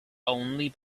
only